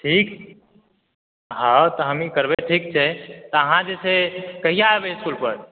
ठीक हँ तऽ हमही करबै ठीक छै तऽ अहाँ जे छै से अहाँ जे छै कहिआ एबै इस्कुलपर